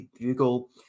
Google